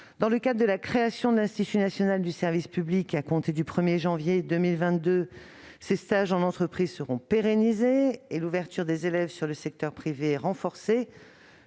dans le cadre de l'Institut national du service public, qui sera créé au 1 janvier 2022, ces stages en entreprise seront pérennisés et l'ouverture des élèves sur le secteur privé sera renforcée